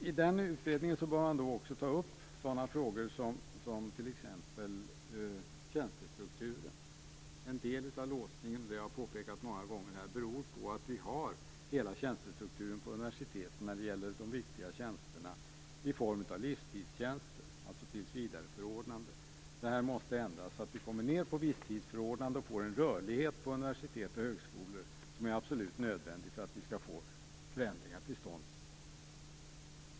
I den utredningen bör man också ta upp sådana frågor som t.ex. tjänstestrukturen. En del av låsningen - och det har jag påpekat många gånger - beror på att hela tjänstestrukturen på universiteten när det gäller de viktiga tjänsterna består av livstidstjänster, alltså tills vidare-förordnanden. Detta måste ändras till viss tids-förordnanden så att det blir den rörlighet på universitet och högskolor som är absolut nödvändig för att vi skall få förändringar till stånd.